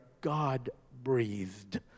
God-breathed